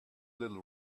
little